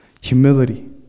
humility